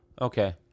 Okay